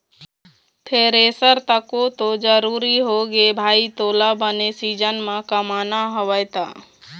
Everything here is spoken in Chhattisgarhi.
थेरेसर तको तो जरुरी होगे भाई तोला बने सीजन म कमाना हवय त